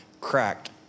cracked